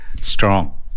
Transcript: strong